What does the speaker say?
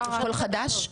הכול חדש?